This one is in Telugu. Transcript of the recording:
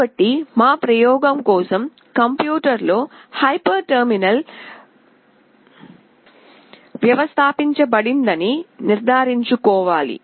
కాబట్టి మా ప్రయోగం కోసం కంప్యూటర్లో హైపర్ టెర్మినల్ వ్యవస్థాపించబడిందని నిర్ధారించుకోవాలి